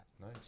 Nice